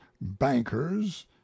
bankers